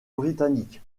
britannique